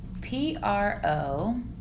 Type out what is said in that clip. P-R-O